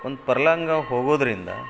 ಒಂದು ಪರ್ಲಾಂಗ ಹೋಗೋದರಿಂದ